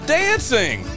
dancing